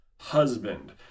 husband